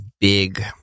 big